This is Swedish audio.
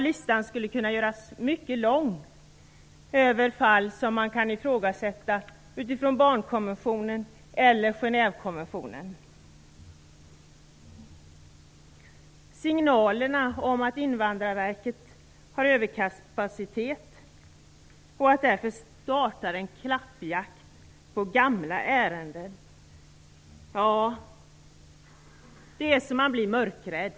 Listan över fall som man kan ifrågasätta utifrån barnkonventionen eller Genèvekonventionen skulle kunna göras mycket lång. Det har också uppgivits att Invandrarverket har överkapacitet och därför startar en klappjakt på gamla ärenden. Det är så att man blir mörkrädd!